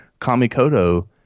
Kamikoto